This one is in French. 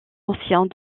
anciens